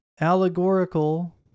allegorical